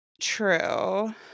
true